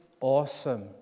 awesome